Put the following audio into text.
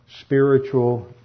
spiritual